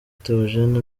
theogene